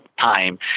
time